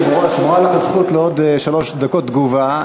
שמורה לך זכות לעוד שלוש דקות תגובה.